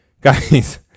guys